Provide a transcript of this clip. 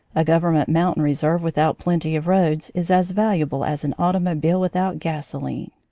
a govern ment mountain reserve without plenty of roads is as valuable as an automobile with out gasoline.